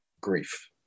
grief